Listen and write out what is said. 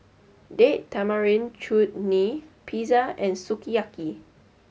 date Tamarind Chutney Pizza and Sukiyaki